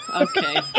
okay